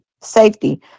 safety